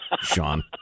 sean